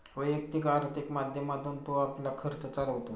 वैयक्तिक आर्थिक माध्यमातून तो आपला खर्च चालवतो